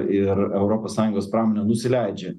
ir europos sąjungos pramonė nusileidžia